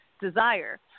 desire